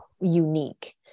unique